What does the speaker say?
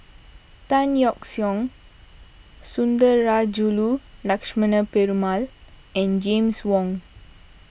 Tan Yeok Seong Sundarajulu Lakshmana Perumal and James Wong